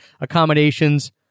Accommodations